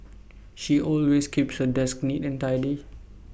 she always keeps her desk neat and tidy